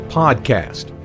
podcast